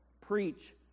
Preach